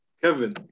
Kevin